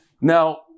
Now